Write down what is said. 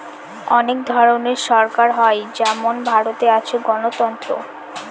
অনেক ধরনের সরকার হয় যেমন ভারতে আছে গণতন্ত্র